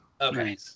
Okay